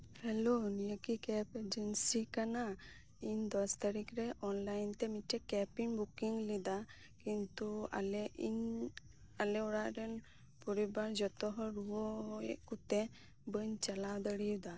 hello ᱱᱤᱭᱟᱹᱠᱤ cab agency ᱠᱟᱱᱟ ᱤᱧ ᱫᱚᱥ ᱛᱟᱹᱨᱤᱠᱷ ᱨᱮ ᱚᱱᱞᱟᱭᱤᱱ ᱛᱮ ᱢᱤᱫᱴᱮᱡ ᱠᱮᱯᱤᱧ ᱵᱩᱠᱤᱝ ᱞᱮᱫᱟ ᱠᱤᱱᱛᱩ ᱟᱞᱮ ᱤᱧ ᱟᱞᱮ ᱚᱲᱟᱜ ᱨᱮᱱ ᱯᱚᱨᱤᱵᱟᱨ ᱡᱚᱛᱚ ᱦᱚᱲ ᱨᱩᱣᱟᱹᱭᱮᱫ ᱠᱚᱛᱮ ᱵᱟᱹᱧ ᱪᱟᱞᱟᱣ ᱫᱟᱲᱤᱭᱟᱫᱟ